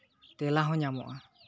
ᱛᱮᱞᱟ ᱦᱚᱸ ᱧᱟᱢᱚᱜᱼᱟ